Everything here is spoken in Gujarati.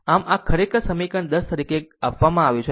આમ આ ખરેખર સમીકરણ 10 તરીકે આપવામાં આવ્યું છે